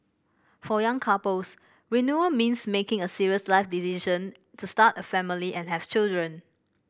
for young couples means making a serious life decision to start a family and have children